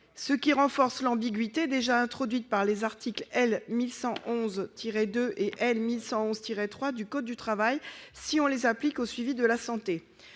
décision renforce l'ambiguïté déjà introduite par les articles L. 1111-2 et L. 1111-3 du code du travail, appliqués au suivi de la santé.